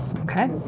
Okay